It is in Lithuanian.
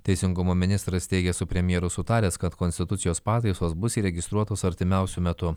teisingumo ministras teigė su premjeru sutaręs kad konstitucijos pataisos bus įregistruotos artimiausiu metu